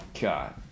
God